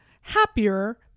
happier